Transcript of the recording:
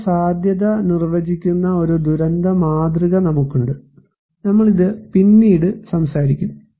ദുരന്ത സാധ്യത നിർവചിക്കുന്ന ഒരു ദുരന്ത മാതൃക നമുക്കുണ്ട് നമ്മൾ ഇത് പിന്നീട് സംസാരിക്കും